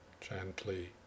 gently